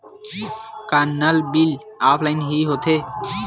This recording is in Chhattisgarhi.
का नल बिल ऑफलाइन हि होथे?